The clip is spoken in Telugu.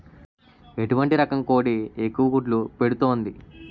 ఎటువంటి రకం కోడి ఎక్కువ గుడ్లు పెడుతోంది?